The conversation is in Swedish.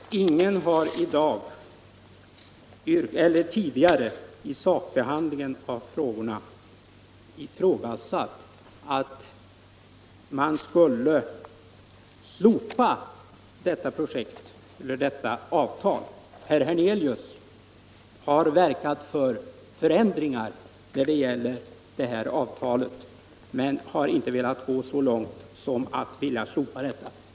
Herr talman! Men ingen har i dag eller tidigare Vid sakbehandlingen ifrågasatt att man skulle slopa detta projekt eller detta avtal. Herr Hernelius har verkat för förändringar i det här avtalet men har inte velat gå så långt som till att vilja slopa det.